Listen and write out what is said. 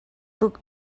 book